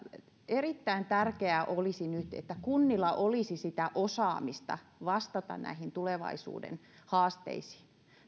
erittäin tärkeää olisi nyt että kunnilla olisi osaamista vastata näihin tulevaisuuden haasteisiin